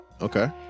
Okay